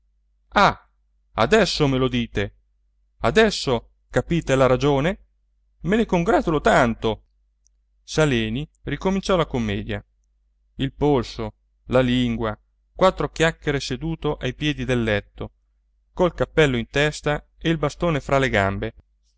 adesso me lo dite adesso capite la ragione me ne congratulo tanto saleni ricominciò la commedia il polso la lingua quattro chiacchiere seduto ai piedi del letto col cappello in testa e il bastone fra le gambe